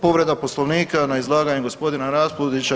Povreda Poslovnika na izlaganje gospodina Raspudića.